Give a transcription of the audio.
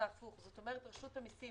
אדוני היושב-ראש.